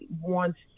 wants